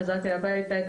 חזרתי הביתה,